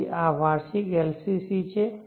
તેથી આ વાર્ષિક LCC છે